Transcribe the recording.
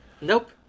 Nope